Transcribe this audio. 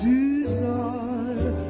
desire